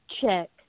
check